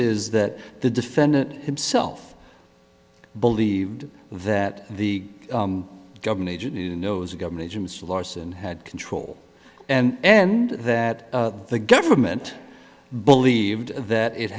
is that the defendant himself believed that the government agent knows a government agency larson had control and and that the government believed that it